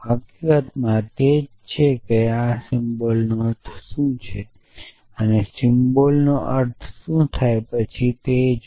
હકીકતમાં આ તે જ છે જે આ સિમ્બોલનો અર્થ શું કરે છે અને સિમ્બોલનો અર્થ શું થાય છે તેનો અર્થ થાય છે અને તેથી વધુ